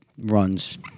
runs